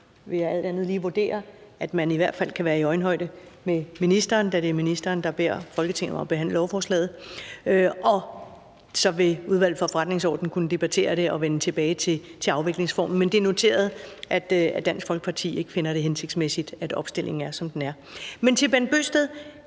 jeg alt andet lige vurdere, at man i hvert fald kan være i øjenhøjde med ministeren, da det er ministeren, der beder Folketinget om at behandle lovforslaget. Og så vil Udvalget for Forretningsordenen kunne debattere det og vende tilbage til afviklingsformen. Men det er noteret, at Dansk Folkeparti ikke finder det hensigtsmæssigt, at opstillingen er, som den er. Men til Bent Bøgsted